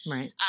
Right